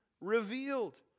revealed